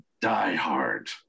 diehard